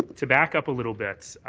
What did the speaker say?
to back up a little bit,